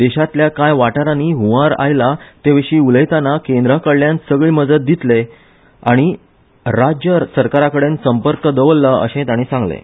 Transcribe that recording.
देशांतल्या कांय वाठारानी हंवार आयल्या तेविशी उलयताना केंद्राकडल्यान सगळी मजत दितले आनी राज्यसरकाराकडेन संपर्क दवरला अशें ताणी सांगलें